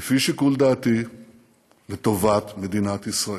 לפי שיקול דעתי לטובת מדינת ישראל,